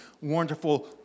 wonderful